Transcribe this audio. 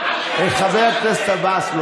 להושיב את חבר הכנסת עבאס.